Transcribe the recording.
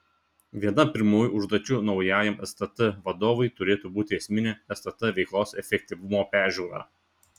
viena pirmųjų užduočių naujajam stt vadovui turėtų būti esminė stt veiklos efektyvumo peržiūra